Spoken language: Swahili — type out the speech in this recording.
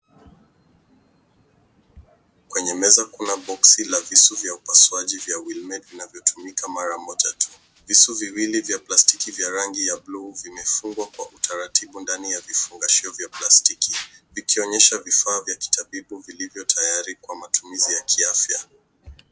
Kwenye meza Kuna box la visu vya upasuaji vinavyotumika mara moja tu. Visu viwili vya plastiki vya rangi ya buluu vimefungwa Kwa utaratibu ndani ya vifungashio vya plastiki vikionyesha vifaa vya kitabibu vilivyo tayari Kwa matumizi ya kiafya.